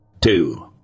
Two